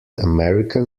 american